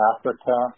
Africa